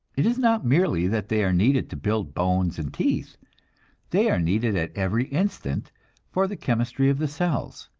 it is not merely that they are needed to build bones and teeth they are needed at every instant for the chemistry of the cells.